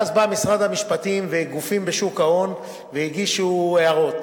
ואז באו משרד המשפטים וגופים בשוק ההון והגישו הערות.